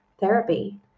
therapy